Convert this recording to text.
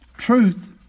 Truth